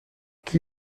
qui